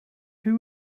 who